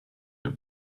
your